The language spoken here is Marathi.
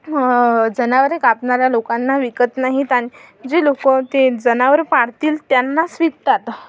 जनावरे कापणाऱ्या लोकांना विकत नाहीत आणि जे लोक ते जनावरं पाळतील त्यांनाच विकतात